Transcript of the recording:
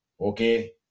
okay